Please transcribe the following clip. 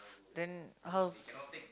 then how's